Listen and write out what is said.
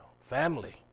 Family